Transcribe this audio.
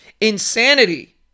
Insanity